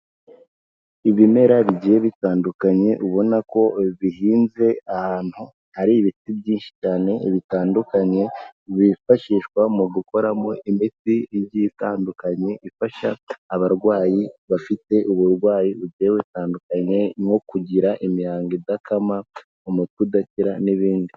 Ibimera bigiye bitandukanye, ubona ko bihinze ahantu hari ibiti byinshi cyane bitandukanye bifashishwa mu gukoramo imiti itandukanye, ifasha abarwayi bafite uburwayi bugiye butandukanye, nko kugira imihango idakama, umutwe udakira n'ibindi.